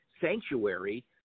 sanctuary